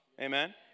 amen